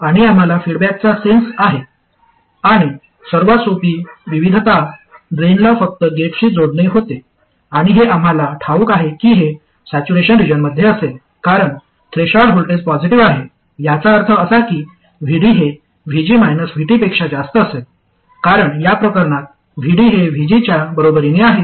आणि आम्हाला फीडबॅकचा सेन्स आहे आणि सर्वात सोपी विविधता ड्रेनला फक्त गेटशी जोडणे होते आणि हे आम्हाला ठाऊक आहे की हे सॅच्युरेशन रिजनमध्ये असेल कारण थ्रेशोल्ड व्होल्टेज पॉजिटीव्ह आहे याचा अर्थ असा की VD हे VG VT पेक्षा जास्त असेल कारण या प्रकरणात VD हे VG च्या बरोबरीने आहे